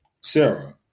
Sarah